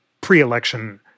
pre-election